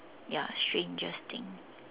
ya strangest thing